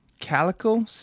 Calico